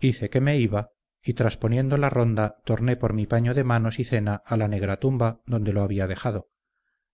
hice que me iba y trasponiendo la ronda torné por mi paño de manos y cena a la negra tumba donde lo había dejado